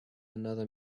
another